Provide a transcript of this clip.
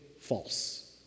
false